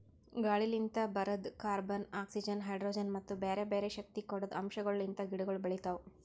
ಗಾಳಿಲಿಂತ್ ಬರದ್ carbon, oxygen, hydrogen ಮತ್ತ ಬ್ಯಾರೆ ಬ್ಯಾರೆ ಶಕ್ತಿ ಕೊಡದ್ ಅಂಶಗೊಳ್ ಲಿಂತ್ ಗಿಡಗೊಳ್ ಬೆಳಿತಾವ್